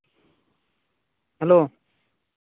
hello